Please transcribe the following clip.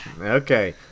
Okay